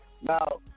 Now